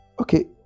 okay